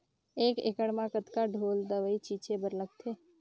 एक एकड़ म कतका ढोल दवई छीचे बर लगथे?